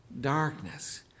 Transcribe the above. darkness